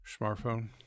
smartphone